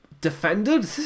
Defended